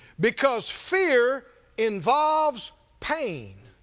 because fear involves pain,